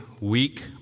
week